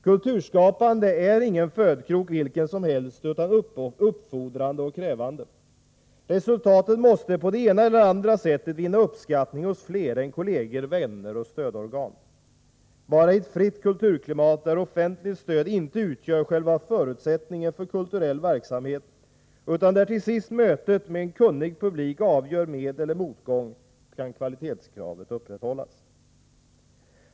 Kulturskapande är ingen födkrok vilken som helst utan uppfordrande och krävande. Resultatet måste på det ena eller andra sättet vinna uppskattning hos flera än kolleger, vänner och stödorgan. Bara i ett fritt kulturklimat, där offentligt stöd inte utgör själva förutsättningen för kulturell verksamhet utan där till sist mötet med en kunnig publik avgör medoch motgång, kan kvalitetskravet upprätthållas.